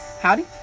Howdy